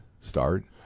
start